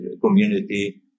community